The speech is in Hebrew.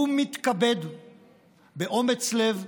הוא מתכבד באומץ לב,